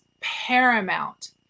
paramount